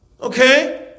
Okay